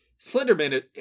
Slenderman